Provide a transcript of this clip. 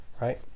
right